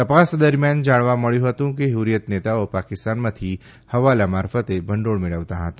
તપાસ દરમિયાન જાણવા મળ્યા મુજબ હુરિયત નેતાઓ પાકિસ્તાનમાંથી હવાલા મારફતે ભંડોળ મેળવવા હતા